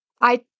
I-